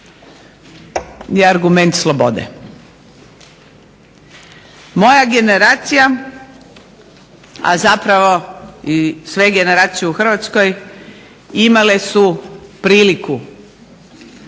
je argument slobode. Moja generacija, a zapravo i sve generacije u Hrvatskoj imale su priliku prolaziti